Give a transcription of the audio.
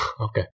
Okay